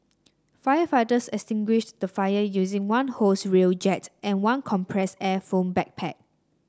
firefighters extinguished the fire using one hose reel jet and one compressed air foam backpack